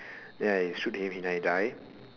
then I shoot him then he die